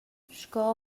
sco